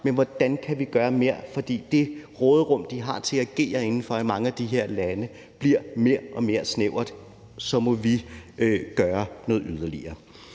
men hvordan kan vi gøre mere? For det råderum, de har til at agere inden for i mange af de her lande, bliver mere og mere snævert, og så må vi gøre noget yderligere.